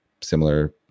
similar